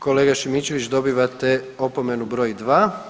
Kolega Šimičević dobivate opomenu broj dva.